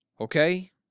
okay